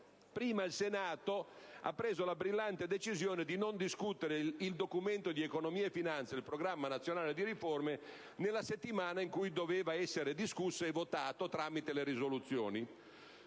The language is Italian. prima, il Senato ha preso la brillante decisione di non discutere il Documento di economia e finanza nella settimana in cui doveva essere discusso e votato tramite le risoluzioni,